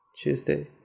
Tuesday